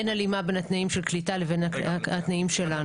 אין הלימה בין התנאים של קליטה לתנאים שלנו.